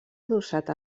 adossat